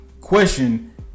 question